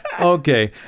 Okay